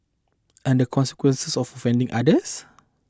and the consequence of offending others